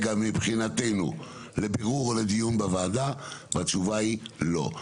כרגע מבחינתנו לבירור או לדיון בוועדה והתשובה היא לא.